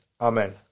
Amen